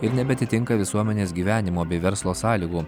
ir nebeatitinka visuomenės gyvenimo bei verslo sąlygų